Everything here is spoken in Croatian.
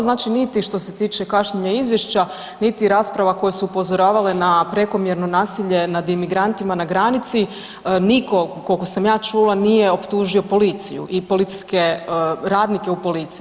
Znači niti što se tiče kašnjenja izvješća, niti rasprava koje su upozoravale na prekomjerno nasilje nad imigrantima na granici, niko kolko sam ja čula nije optužio policiju i policijske radnike u policiji.